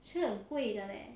是很贵的 leh